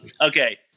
Okay